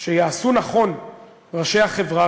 שנכון יעשו ראשי החברה,